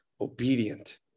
obedient